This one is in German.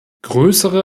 größere